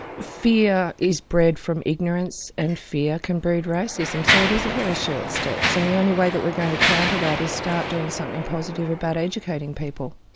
fear is bred from ignorance and fear can breed racism, so it is a very short step. so and the only way that we are going to counter that is start doing something positive about educating people.